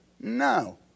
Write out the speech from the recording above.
no